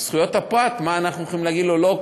זכויות הפרט, מה, אנחנו יכולים להגיד לו לא?